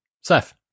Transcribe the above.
Seth